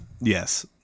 Yes